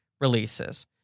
releases